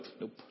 nope